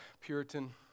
Puritan